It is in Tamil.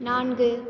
நான்கு